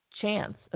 chance